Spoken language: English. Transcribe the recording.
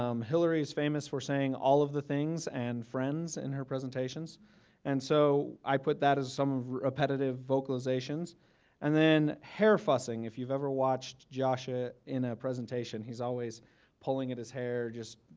um hilary is famous for saying all of the things and friends in her presentations and so i put that as some of her repetitive vocalizations and then hair fussing. if you've ever watched josh ah in a presentation, he's always pulling at his hair. just,